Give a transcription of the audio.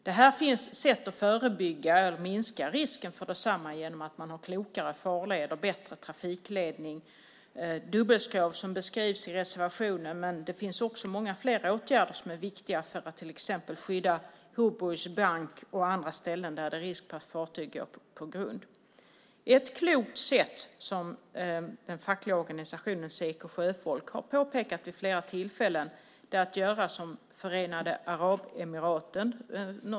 Det finns sätt att förebygga eller minska risken för detta genom att man har klokare farleder, bättre trafikledning och dubbelskrov som beskrivs i reservationen. Det finns också många fler åtgärder som är viktiga för att till exempel skydda Hoburgs bank och andra ställen där det är risk för att fartyg går på grund. Ett klokt sätt som den fackliga organisationen Seko sjöfolk har påpekat vid flera tillfällen är att göra som Förenade Arabemiraten.